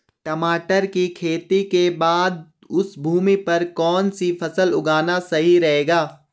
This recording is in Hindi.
टमाटर की खेती के बाद उस भूमि पर कौन सी फसल उगाना सही रहेगा?